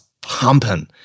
pumping